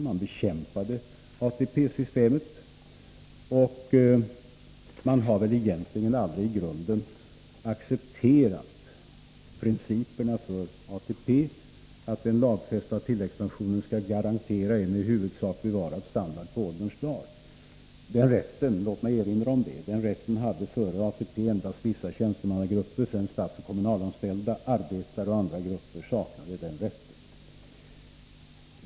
Man bekämpade ATP-systemet, och man har väl egentligen aldrig i grunden accepterat principerna för ATP — aft den lagfästa tilläggspensionen skall garantera en i huvudsak bevarad standard på ålderns dagar. Den rätten — låt mig erinra om det — hade före ATP endast vissa tjänstemannagrupper, främst statsoch kommunalanställda. Arbetare och andra grupper saknade den rätten.